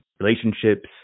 relationships